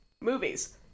movies